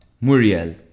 Muriel